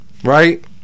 right